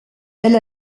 elle